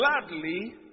gladly